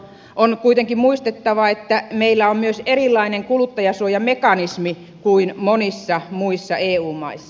on kuitenkin muistettava että meillä on myös erilainen kuluttajansuojamekanismi kuin monissa muissa eu maissa